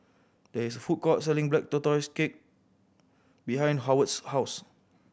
there is a food court selling Black Tortoise Cake behind Howard's house